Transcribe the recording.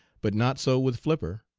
but not so with flipper.